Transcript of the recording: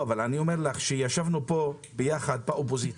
אבל אני אומר לך שישבנו פה יחד באופוזיציה,